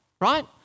right